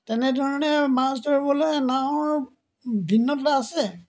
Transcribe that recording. তেনেধৰণে মাছ ধৰিবলৈ নাৱৰ ভিন্নতা আছে